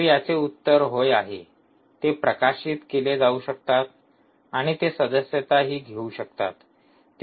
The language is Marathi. तर याचे उत्तर होय आहे ते प्रकाशित केले जाऊ शकतात आणि ते सदस्यताही घेऊ शकतात